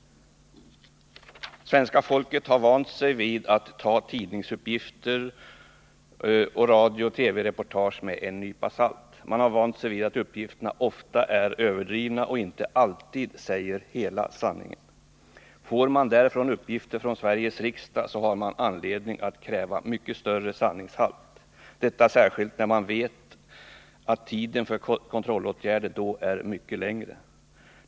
Svenska folket har vant sig vid att ta tidningsuppgifter och radiooch TV-reportage med en nypa salt. Man har vant sig vid att uppgifterna ofta är överdrivna och att de inte alltid säger hela sanningen. Får man däremot uppgifter från Sveriges riksdag har man anledning att kräva en mycket större sanningshalt, särskilt som man då vet att den tid man har till förfogande för kontrollåtgärder är mycket längre.